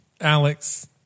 Alex